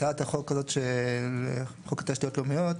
הצעת החוק הזאת של חוק התשתיות לא בנויות,